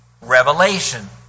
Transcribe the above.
revelation